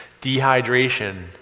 dehydration